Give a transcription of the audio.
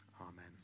Amen